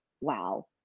wow